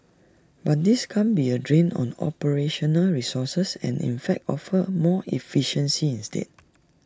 but this can't be A drain on operational resources and in fact offer more efficiency instead